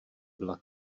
byla